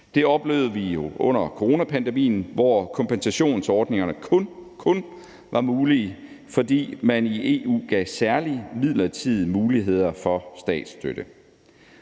Det oplevede vi jo under coronapandemien, hvor kompensationsordningerne kun var mulige, fordi man i EU gav særlige midlertidige muligheder for statsstøtte.